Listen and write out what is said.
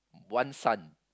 one son